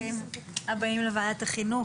ברוכים הבאים לוועדת החינוך,